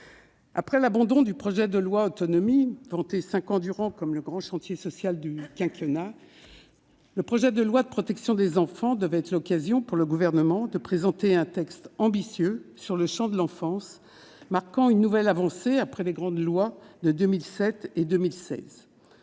après l'abandon du projet de loi relatif à l'autonomie, vanté, cinq ans durant, comme le grand chantier social du quinquennat, le projet de loi relatif à la protection des enfants devait être l'occasion, pour le Gouvernement, de présenter un texte ambitieux sur l'enfance, marquant une nouvelle avancée après les grandes lois de 2007 et de 2016.